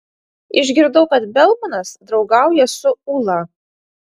išgirdau kad belmanas draugauja su ūla